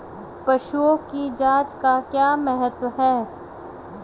पशुओं की जांच का क्या महत्व है?